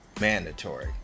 mandatory